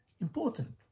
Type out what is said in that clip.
important